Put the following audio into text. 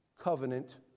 covenant